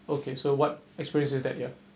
okay so what experiences that you're